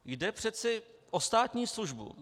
Jde přece o státní službu.